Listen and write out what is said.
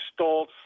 Stoltz